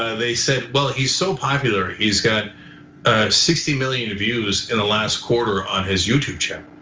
ah they said, well, he's so popular. he's got sixty million views in the last quarter on his youtube channel.